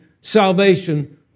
salvation